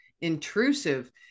intrusive